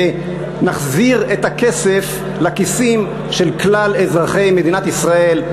ונחזיר את הכסף לכיסים של כלל אזרחי מדינת ישראל.